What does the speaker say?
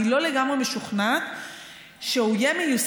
אני לא לגמרי משוכנעת שכשהוא יהיה מיושם,